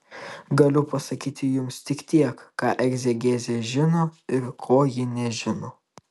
galiu pasakyti jums tik tiek ką egzegezė žino ir ko ji nežino